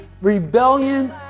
rebellion